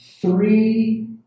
three